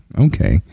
okay